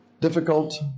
difficult